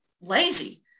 lazy